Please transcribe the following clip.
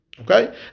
Okay